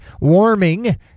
warming